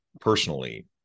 personally